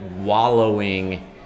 wallowing